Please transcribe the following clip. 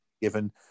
given